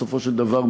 בסופו של דבר,